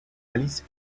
alice